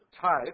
type